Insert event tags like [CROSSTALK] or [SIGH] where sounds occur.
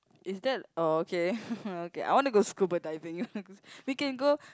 is that oh okay [LAUGHS] okay I want to go scuba diving [LAUGHS] we can go